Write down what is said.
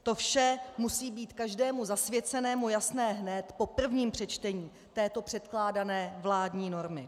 To vše musí být každému zasvěcenému jasné hned po prvním přečtení této předkládané vládní normy.